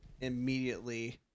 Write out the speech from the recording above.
immediately